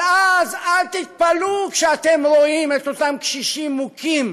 אבל אז אל תתפלאו כשאתם רואים את אותם קשישים מוכים